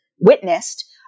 witnessed